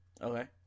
okay